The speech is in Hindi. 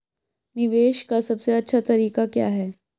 निवेश का सबसे अच्छा तरीका क्या है?